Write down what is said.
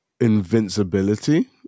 invincibility